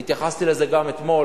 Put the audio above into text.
אני התייחסתי לזה גם אתמול.